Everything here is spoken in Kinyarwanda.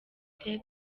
afite